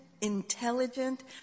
Intelligent